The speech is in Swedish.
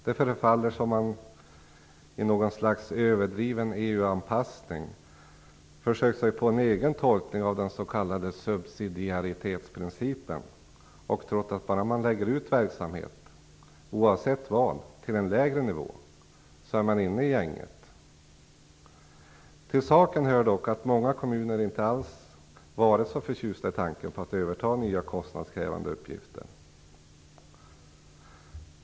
Det förefaller som man i något slags överdriven EU-anpassning har försökt sig på en egen tolkning av den s.k. subsidiaritetsprincipen och trott att man är med i gänget bara man lägger ut verksamheten, oavsett vilken, på en lägre nivå. Till saken hör att många kommuner inte alls har varit så förtjusta i tanken på att överta nya kostnadskrävande uppgifter.